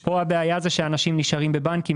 פה הבעיה שאנשים נשארים בבנקים,